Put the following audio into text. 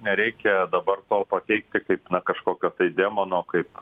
nereikia dabar to pateikti kaip na kažkokio demono kaip